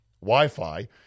wi-fi